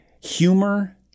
humor